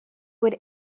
would